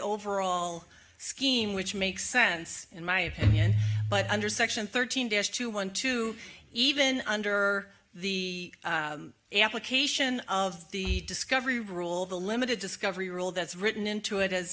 overall scheme which makes sense in my opinion but under section thirteen dash two one two even under the application of the discovery rule the limited discovery rule that's written into it as